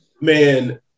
man